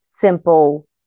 simple